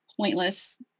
pointless